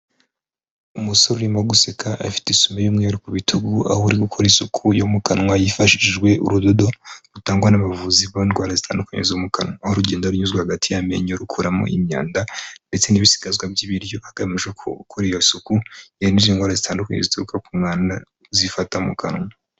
Umusore urimo guseka, afite isume y'umweru ku bitugu, aho arimo gukora isuku yo mu kanwa, hifashishijwe urudodo rutangwa n'abavuzi b'indwara zitandukanye zo mu kanwa. Aho rugendo runyuzwa hagati y'amenyo rukuramo imyanda ndetse n'ibisigazwa by'ibiryo, hagamije gukora iyo suku kugira ngo yirinde indwara zitandukanye zituruka ku mwanda zifata mu kanwa.